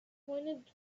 pointed